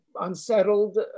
unsettled